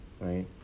right